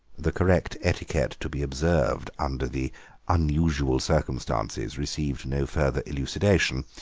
the correct etiquette to be observed under the unusual circumstances received no further elucidation.